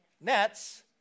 nets